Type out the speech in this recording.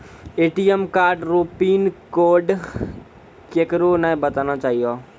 ATM card रो pin code केकरै नाय बताना चाहियो